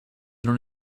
non